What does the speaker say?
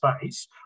space